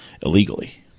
illegally